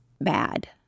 bad